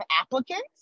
applicants